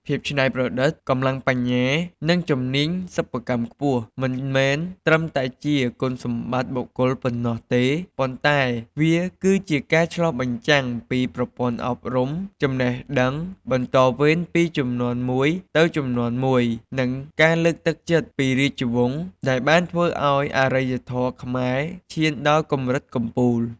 ភាពច្នៃប្រឌិត កម្លាំងបញ្ញា និងជំនាញសិប្បកម្មខ្ពស់ មិនមែនត្រឹមតែជាគុណសម្បត្តិបុគ្គលប៉ុណ្ណោះទេ ប៉ុន្តែវាគឺជាការឆ្លុះបញ្ចាំងពីប្រព័ន្ធអប់រំ ចំណេះដឹងបន្តវេនពីជំនាន់មួយទៅជំនាន់មួយ និងការលើកទឹកចិត្តពីរាជវង្សដែលបានធ្វើឱ្យអរិយធម៌ខ្មែរឈានដល់កម្រិតកំពូល។